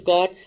God